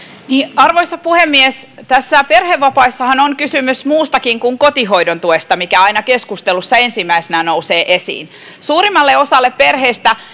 arvoisa puhemies näissä perhevapaissahan on kysymys muustakin kuin kotihoidon tuesta mikä aina keskustelussa ensimmäisenä nousee esiin suurimmalle osalle perheistä